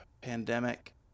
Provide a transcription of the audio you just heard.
Pandemic